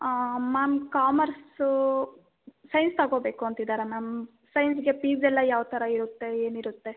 ಹಾಂ ma'am commerce science ತಗೊಳ್ಬೇಕು ಅಂತಿದ್ದಾರೆ ಮ್ಯಾಮ್ ಸೈನ್ಸ್ಗೆ ಫೀಸ್ ಎಲ್ಲ ಯಾವ ಥರ ಇರುತ್ತೆ ಏನಿರುತ್ತೆ